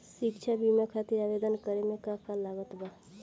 शिक्षा बीमा खातिर आवेदन करे म का का लागत बा?